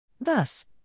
Thus